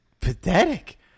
pathetic